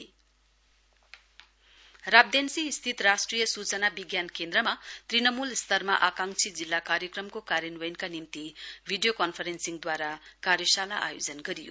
West aspirational district Rabdentse स्थित राष्ट्रिय सूचना विज्ञानकेन्द्रमा तृणमूल स्तरमा आकांक्षी जिल्ला कार्यक्रमको कार्यान्वयनका निम्ति भिडियो कन्फरेन्सिङद्वारा कार्यशाला आयोजन गरियो